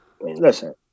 listen